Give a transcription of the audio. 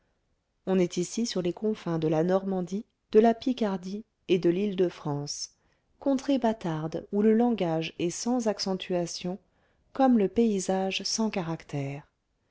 on est ici sur les confins de la normandie de la picardie et de lîle de france contrée bâtarde où le langage est sans accentuation comme le paysage sans caractère